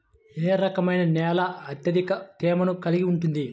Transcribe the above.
ఏ రకమైన నేల అత్యధిక తేమను కలిగి ఉంటుంది?